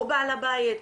הוא בעל הבית,